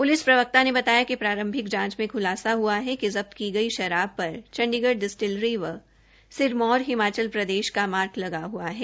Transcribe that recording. police प्रवक्ता ने बताया कि प्रारंभिक जांच में खुलासा ह्आ है कि जब्त की गई शराब पर चंडीगढ़ डिस्टलरी व सिरमौर हिमाचल प्रदेश का मार्क लगा ह्आ है